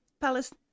palace